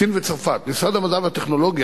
סין וצרפת, משרד המדע והטכנולוגיה,